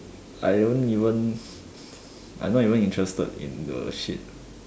I don't even I not even interested in the shit